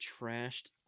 trashed